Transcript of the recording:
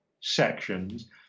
sections